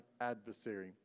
adversary